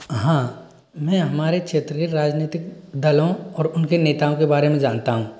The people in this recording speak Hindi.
हाँ मैं हमारे क्षेत्र के राजनीतिक दलों और उनके नेताओं के बारे में जानता हूँ